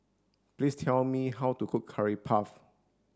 please tell me how to cook curry puff